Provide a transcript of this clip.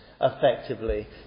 effectively